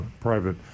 private